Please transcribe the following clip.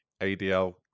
ADL